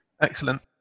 Excellent